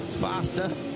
faster